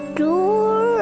door